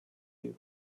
you